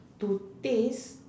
to taste